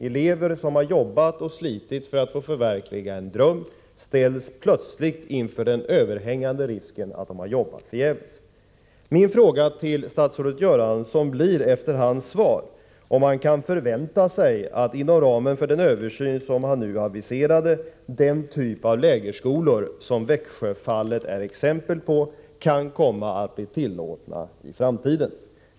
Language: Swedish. Elever som har jobbat och slitit för att förverkliga en dröm ställs plötsligt inför den överhängande risken att de har jobbat förgäves. Min fråga till statsrådet Göransson blir efter hans svar: Kan vi förvänta oss att, inom ramen för den översyn som statsrådet nu aviserade, den typ av lägerskolor som Växjöfallet är exempel på kommer att bli tillåtna i framtiden?